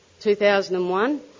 2001